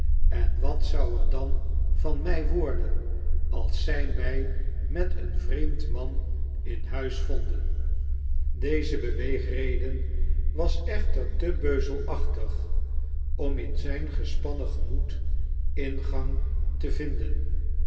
en wat zou er dan van mij worden als zij mij met een vreemd man in huis vonden deze beweegreden was echter te beuzelachtig om in zijn gespannen gemoed ingang te vinden